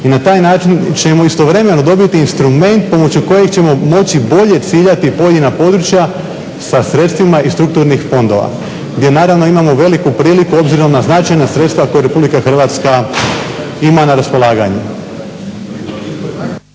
i na taj način ćemo istovremeno dobiti instrument pomoću kojeg ćemo moći bolje ciljati pojedina područja sa sredstvima iz strukturnih područja gdje naravno imamo veliku priliku obzirom na značajna sredstva koja RH ima na raspolaganju.